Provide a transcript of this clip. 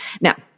Now